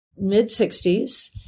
mid-60s